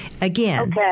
Again